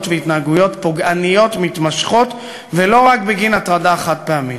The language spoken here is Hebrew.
והתנהגויות פוגעניות מתמשכות ולא רק בגין הטרדה חד-פעמית.